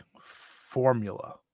formula